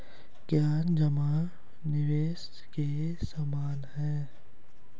क्या जमा निवेश के समान है?